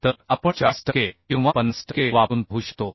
तर आपण 40 टक्के किंवा 50 टक्के वापरून पाहू शकतो